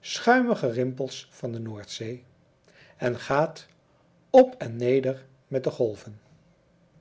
schuimige rimpels van de noordzee en gaat op en neder met de golven